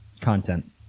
content